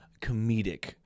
comedic